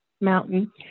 mountain